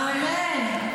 אמן.